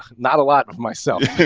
not a lot of myself,